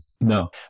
No